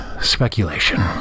speculation